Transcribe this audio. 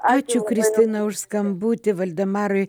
ačiū kristina už skambutį valdemarui